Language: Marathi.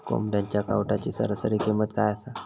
कोंबड्यांच्या कावटाची सरासरी किंमत काय असा?